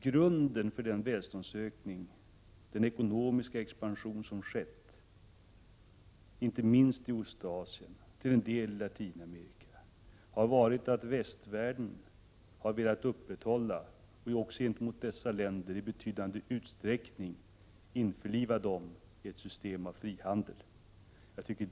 Grunden för den välståndsökning och den ekonomiska expansion som skett inte minst i Ostasien och till en del i Latinamerika har varit att västvärlden har velat upprätthålla frihandeln gentemot dessa länder och också i betydande utsträckning införlivat dem i ett sådant system.